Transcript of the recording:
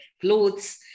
clothes